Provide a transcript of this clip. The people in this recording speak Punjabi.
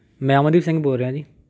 ਮੈਂ ਅਮਨਦੀਪ ਸਿੰਘ ਬੋਲ ਰਿਹਾ ਜੀ